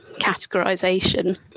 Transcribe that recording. categorisation